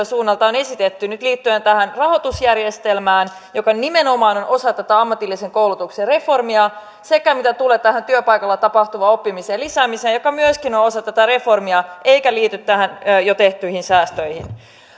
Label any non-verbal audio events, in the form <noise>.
<unintelligible> suunnalta on esitetty nyt liittyen tähän rahoitusjärjestelmään joka nimenomaan on osa tätä ammatillisen koulutuksen reformia sekä siihen mitä tulee työpaikalla tapahtuvan oppimisen lisäämiseen joka myöskin on osa tätä reformia eikä liity näihin jo tehtyihin säästöihin